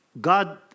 God